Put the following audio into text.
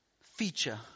feature